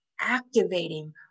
activating